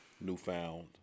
newfound